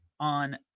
on